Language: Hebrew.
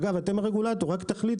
אגב, אתם הרגולטור, רק תחליטו.